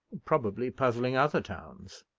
probably puzzling other towns.